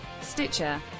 Stitcher